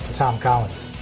tom collins.